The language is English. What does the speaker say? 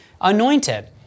anointed